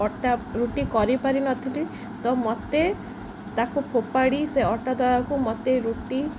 ଅଟା ରୁଟି କରିପାରିନଥିଲି ତ ମୋତେ ତାକୁ ଫୋପାଡ଼ି ସେ ଅଟା ଦଳାକୁ ମୋତେ ରୁଟି